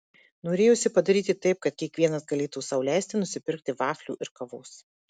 norėjosi padaryti taip kad kiekvienas galėtų sau leisti nusipirkti vaflių ir kavos